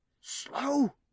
slow